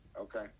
okay